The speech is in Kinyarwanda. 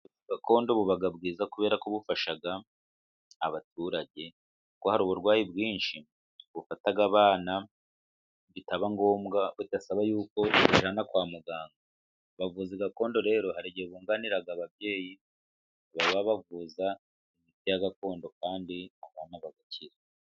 Ubuvuzi gakondo buba bwiza kuberako bufasha abaturage kuko hari uburwayi bwinshi bufata abana, bitaba ngombwa bidasaba yuko babajyana kwa muganga, abavuzi gakondo rero hari igihe bunganira ababyeyi baba bavuza imiti ya gakondo kandi abana bagakira.